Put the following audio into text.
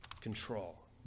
control